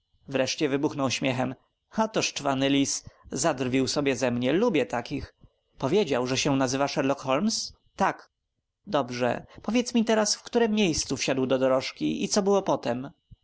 wreszcie wybuchnął śmiechem a to szczwany lis zadrwił sobie ze mnie lubię takich powiedział że się nazywa sherlock holmes tak dobrze powiedz mi teraz w którem miejscu wsiadł do dorożki i co było potem